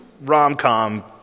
rom-com